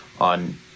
on